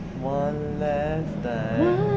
one last night